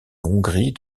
hongrie